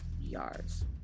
yards